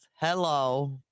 Hello